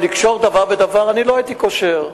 לקשור דבר בדבר, לא הייתי קושר.